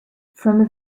from